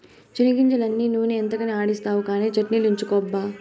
చెనిగ్గింజలన్నీ నూనె ఎంతకని ఆడిస్తావు కానీ చట్ట్నిలకుంచబ్బా